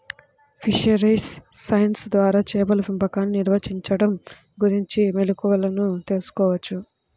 fisheries science ద్వారా చేపల పెంపకాన్ని నిర్వహించడం గురించిన మెళుకువలను తెల్సుకోవచ్చు